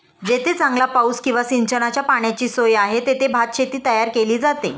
जेथे चांगला पाऊस किंवा सिंचनाच्या पाण्याची सोय आहे, तेथे भातशेती तयार केली जाते